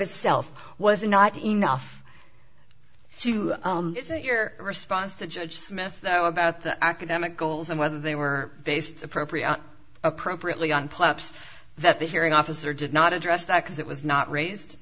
itself was not enough do you is it your response to judge smith though about the academic goals and whether they were based appropriate appropriately on plops that the hearing officer did not address that because it was not raised